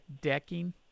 decking